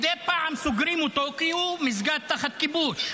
מדי פעם סוגרים אותו כי הוא מסגד תחת כיבוש.